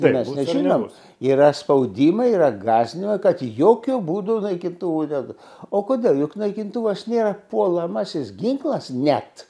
tai mes nežinom yra spaudimai yra gąsdinimai kad jokiu būdų naikintuvų ten o kodėl juk naikintuvas nėra puolamasis ginklas net